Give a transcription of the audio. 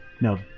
no